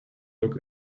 look